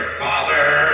father